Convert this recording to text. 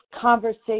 conversation